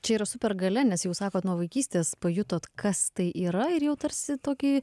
čia yra supergalia nes jau sakote nuo vaikystės pajutot kas tai yra ir jau tarsi tokį